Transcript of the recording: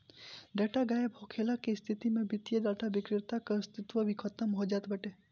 data गायब होखला के स्थिति में वित्तीय डाटा विक्रेता कअ अस्तित्व भी खतम हो जात बाटे